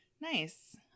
Nice